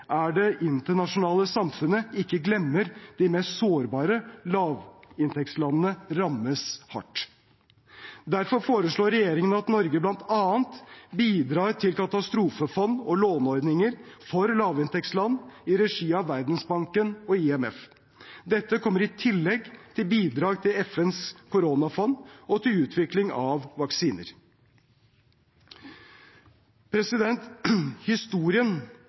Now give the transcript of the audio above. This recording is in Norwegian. er det at det internasjonale samfunnet ikke glemmer de mest sårbare. Lavinntektslandene rammes hardt. Derfor foreslår regjeringen at Norge bl.a. bidrar til katastrofefond og låneordninger for lavinntektsland, i regi av Verdensbanken og IMF. Dette kommer i tillegg til bidrag til FNs koronafond og til utvikling av vaksiner. Historien